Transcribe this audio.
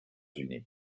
unis